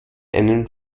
einen